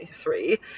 three